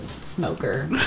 smoker